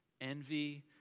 Envy